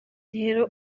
rero